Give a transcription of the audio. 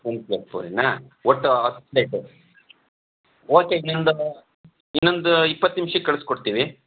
ಒಂದು ಪ್ಲೇಟ್ ಪೂರಿನಾ ಒಟ್ಟು ಹತ್ತು ಪ್ಲೇಟು ಓಕೆ ಇನ್ನೊಂದು ಇನ್ನೊಂದು ಇಪ್ಪತ್ತು ನಿಮಿಷಕ್ಕೆ ಕಳ್ಸ್ಕೊಡ್ತೀವಿ